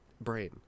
Brain